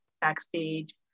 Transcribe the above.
backstage